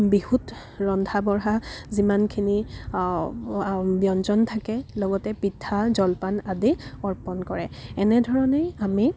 বিহুত ৰন্ধা বঢ়া যিমানখিনি ব্য়ঞ্জন থাকে লগতে পিঠা জলপান আদি অৰ্পণ কৰে এনেধৰণেই আমি